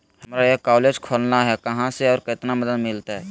हमरा एक कॉलेज खोलना है, कहा से और कितना मदद मिलतैय?